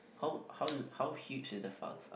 how how how huge is the file size